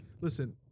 Listen